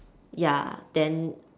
ya then